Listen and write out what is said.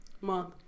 month